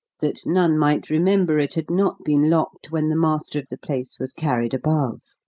that none might remember it had not been locked when the master of the place was carried above.